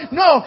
no